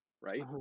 right